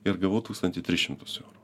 ir gavau tūkstantį tris šimtus eurų